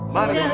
Money